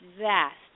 vast